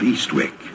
Eastwick